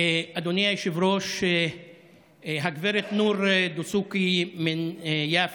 אדוני היושב-ראש, גב' נור דסוקי מיאפא,